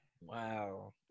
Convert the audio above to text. Wow